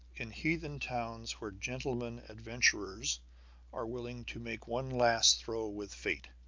in heathen towns where gentlemen adventurers are willing to make one last throw with fate.